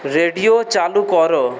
radio চালু কর